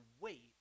wait